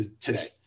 today